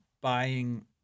buying